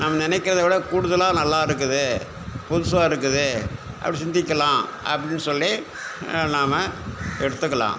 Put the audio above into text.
நாம நினைக்கிறத விட கூடுதலாக நல்லாருக்குது புதுசாருக்குது அப்படி சிந்திக்கலாம் அப்படின்னு சொல்லி நாம எடுத்துக்கலாம்